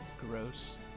gross